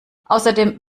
außerdem